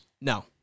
No